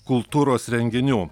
kultūros renginių